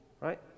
Right